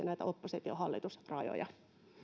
näitä oppositio hallitus rajoja